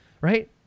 right